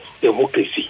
democracy